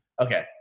Okay